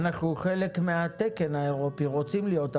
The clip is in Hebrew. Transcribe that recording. אנחנו חלק מהתקן האירופי, רוצים להיות.